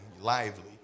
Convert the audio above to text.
lively